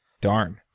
Darn